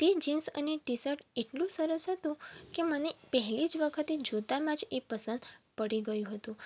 તે જીન્સ અને ટીશર્ટ એટલું સરસ હતું કે મને પહેલી જ વખતે જોતામાં જ એ પસંદ પડી ગયું હતું